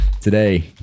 today